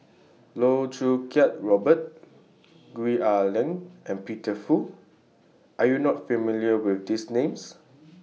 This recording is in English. Loh Choo Kiat Robert Gwee Ah Leng and Peter Fu Are YOU not familiar with These Names